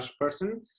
person